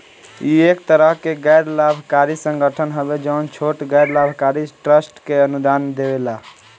इ एक तरह के गैर लाभकारी संगठन हवे जवन छोट गैर लाभकारी ट्रस्ट के अनुदान देवेला